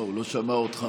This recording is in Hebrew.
הוא לא שמע אותך.